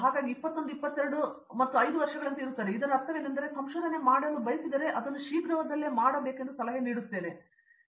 ಹಾಗಾಗಿ 21 22 ಮತ್ತು 5 ವರ್ಷಗಳಂತೆ ಇರುತ್ತದೆ ಇದರ ಅರ್ಥವೇನೆಂದರೆ ಸಂಶೋಧನೆ ಮಾಡಲು ಬಯಸಿದರೆ ನಾನು ಅವುಗಳನ್ನು ಶೀಘ್ರದಲ್ಲೇ ಮಾಡಲು ಸಲಹೆ ನೀಡುತ್ತೇನೆ ಎಂದು ನಾನು ಭಾವಿಸುತ್ತೇನೆ